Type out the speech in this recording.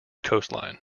coastline